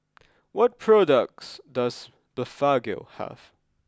what products does Blephagel have